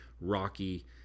rocky